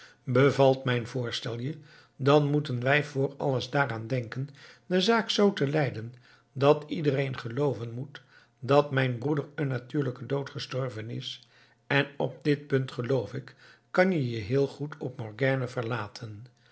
bevalt mijn voorstel je dan moeten wij voor alles daaraan denken de zaak zoo te leiden dat iedereen gelooven moet dat mijn broeder een natuurlijken dood gestorven is en op dit punt geloof ik kan je je geheel op morgiane verlaten